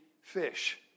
fish